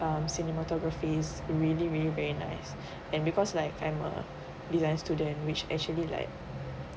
um cinematography is really really very nice and because like I'm a design student which actually like